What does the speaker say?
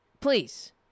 Please